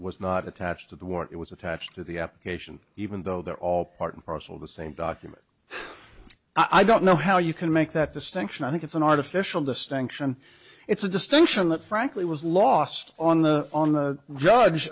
was not attached to the war it was attached to the application even though they're all part and parcel of the same document i don't know how you can make that distinction i think it's an artificial distinction it's a distinction that frankly was lost on the on the judge